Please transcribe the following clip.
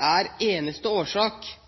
er eneste årsak